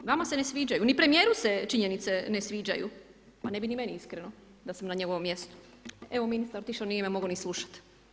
Vama se ne sviđaju, ni premijeru se činjenice ne sviđaju, pa ne bi ni meni iskreno da sam na njegovom mjestu. evo ministar je otišao, nije me mogao ni slušat.